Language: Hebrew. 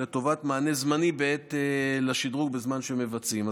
לטובת מענה זמני לשדרוג בזמן שמבצעים.